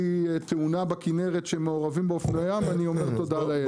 תאונה בכנרת שמעורבים בה אופנועי ים אני אומר תודה לאל.